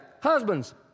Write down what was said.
Husbands